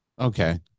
Okay